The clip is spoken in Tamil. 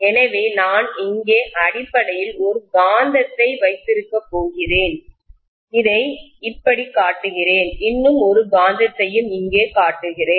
எனவே நான் இங்கே அடிப்படையில் ஒரு காந்தத்தை வைத்திருக்கப் போகிறேன் இதை இப்படி காட்டுகிறேன் இன்னும் ஒரு காந்தத்தையும் இங்கே காட்டுகிறேன்